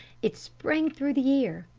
it sprang through the air.